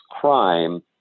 crime